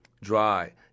dry